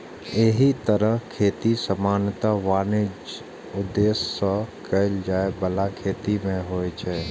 एहि तरहक खेती सामान्यतः वाणिज्यिक उद्देश्य सं कैल जाइ बला खेती मे होइ छै